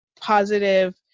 positive